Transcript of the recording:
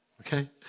okay